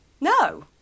no